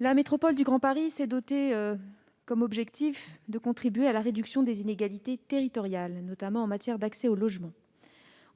la métropole du Grand Paris s'est donné comme objectif de contribuer à la réduction des inégalités territoriales, notamment en matière d'accès au logement.